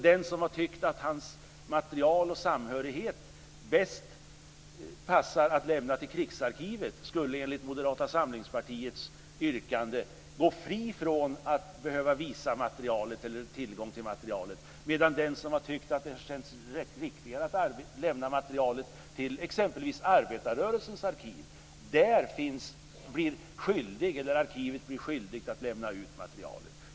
Den som har tyckt att hans material och samhörighet gör att det passar bäst att lämna materialet till Krigsarkivet skulle enligt Moderata samlingspartiet yrkande gå fri från att behöva visa materialet eller ge tillgång till materialet medan den som tyckt att det känts riktigare att lämna materialet till exempelvis Arbetarrörelsens arkiv ställs inför att arkivet blir skyldigt att lämna ut materialet.